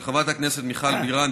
של חברת הכנסת מיכל בירן,